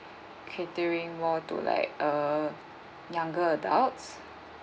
catering more to like err younger adults